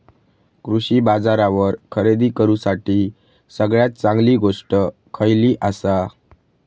कृषी बाजारावर खरेदी करूसाठी सगळ्यात चांगली गोष्ट खैयली आसा?